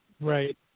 Right